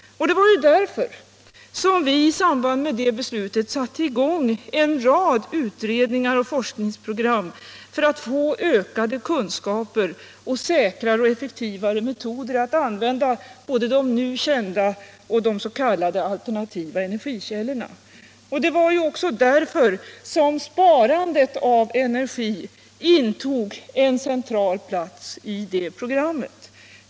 Det var därför som vi, i samband med det beslutet, satte i gång en rad utredningar och forskningsprogram för att få ökade kunskaper och säkrare och effektivare metoder att använda både de nu kända och de s.k. alternativa energikällorna. Det var också därför som sparandet av energi intog en central plats i det programmet.